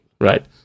right